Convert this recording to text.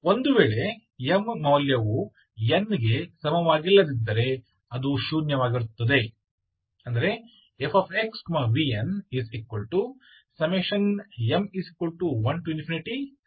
ಒಂದು ವೇಳೆ m ಮೌಲ್ಯವು n ಗೆ ಸಮವಾಗಿಲ್ಲದಿದ್ದರೆ ಅದು ಶೂನ್ಯವಾಗಿರುತ್ತದೆ